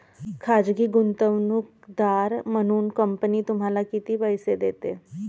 खाजगी गुंतवणूकदार म्हणून कंपनी तुम्हाला किती पैसे देते?